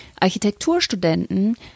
Architekturstudenten